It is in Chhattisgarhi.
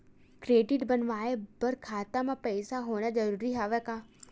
क्रेडिट बनवाय बर खाता म पईसा होना जरूरी हवय का?